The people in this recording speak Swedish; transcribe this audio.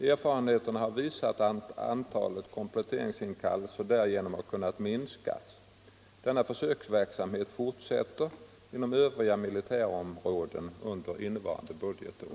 Erfarenheterna har visat att antalet kompletteringsinkallelser härigenom har kunnat minskas. Denna försöksverksamhet fortsätter inom övriga militärområden under innevarande budgetår.